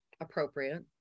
appropriate